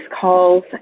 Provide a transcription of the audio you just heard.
calls